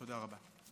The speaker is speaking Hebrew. תודה רבה.